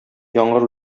яңгыр